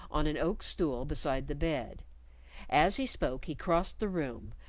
on an oak stool beside the bed as he spoke he crossed the room,